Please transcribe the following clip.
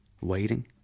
waiting